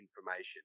information